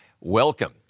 welcome